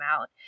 out